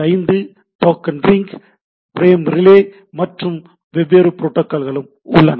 25 token ring frame relay மற்றும் வெவ்வேறு புரோட்டோகால்களும் உள்ளன